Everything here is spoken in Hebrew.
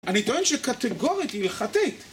אני טוען שקטגורית היא הלכתית